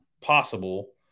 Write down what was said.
possible